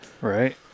Right